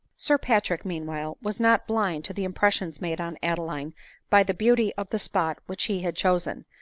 sir patrick, meanwhile, was not blind to the impressions made on adeline by the beauty of the spot which he had chosen,